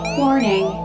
warning